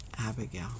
Abigail